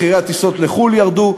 מחירי הטיסות לחוץ-לארץ ירדו.